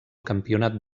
campionat